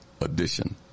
edition